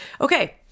Okay